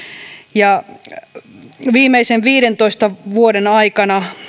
ja viimeisten viidentoista vuoden aikana